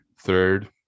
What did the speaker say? third